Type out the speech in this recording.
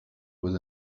was